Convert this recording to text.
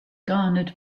garnered